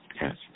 Yes